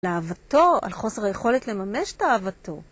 לאהבתו על חוסר היכולת לממש את אהבתו.